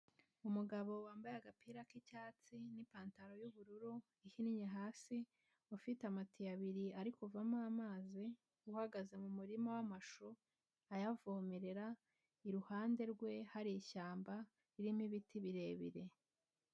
Umugabo wambaye agapira k'icyatsi n'ipantaro y'ubururu ihinnye hasi, ufite amatiyo abiri ari kuvamo amazi, uhagaze mu murima w'amashu ayavomerera, iruhande rwe hari ishyamba ririmo ibiti birebire.